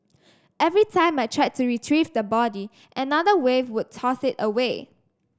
every time I tried to retrieve the body another wave would toss it away